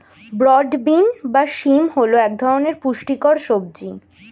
broad bean বা শিম হল এক ধরনের পুষ্টিকর সবজি